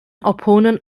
opponent